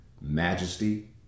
majesty